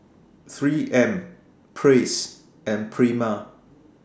three M Praise and Prima